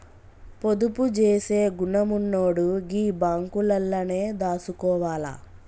పొదుపు జేసే గుణమున్నోడు గీ బాంకులల్లనే దాసుకోవాల